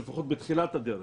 לפחות בתחילת הדרך,